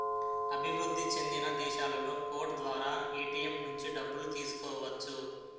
అభివృద్ధి చెందిన దేశాలలో కోడ్ ద్వారా ఏటీఎం నుంచి డబ్బులు తీసుకోవచ్చు